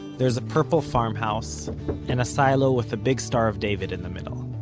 there's a purple farm house and a silo with a big star of david in the middle.